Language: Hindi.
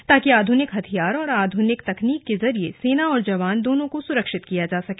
ताकि आधुनिक हथियार और आधुनिक तकनीक के जरिये सेना और जवान दोनों को सुरक्षित किया जा सके